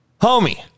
Homie